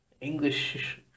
English